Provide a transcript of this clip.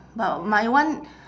but my one